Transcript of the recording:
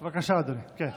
בבקשה, אדוני.